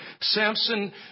Samson